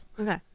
Okay